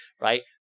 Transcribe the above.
right